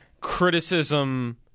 criticism